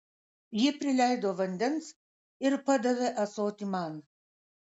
ji prileido vandens ir padavė ąsotį man